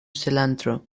cilantro